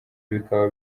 bikaba